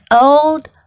old